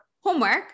homework